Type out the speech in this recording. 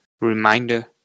reminder